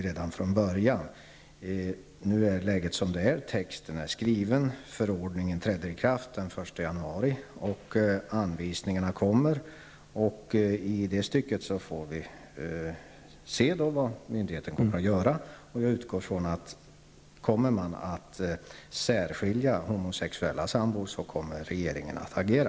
Läget är nu som det är, texten är skriven och förordningen träder i kraft den 1 januari. Anvisningarna kommer, och i det stycket får vi se vad myndigheten kommer att göra. Jag utgår ifrån att om man särskiljer homosexuella sambor, kommer regeringen att agera.